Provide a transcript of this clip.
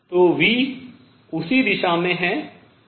तो v उसी दिशा में है जिसमे dx है